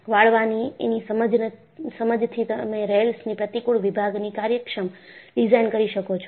વાળવાની એની સમજથી તમે રેલ્સની પ્રતિકુળ વિભાગની કાર્યક્ષમ ડિઝાઇન કરી શકો છો